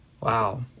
Wow